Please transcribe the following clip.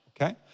Okay